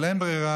אבל אין ברירה